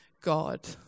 God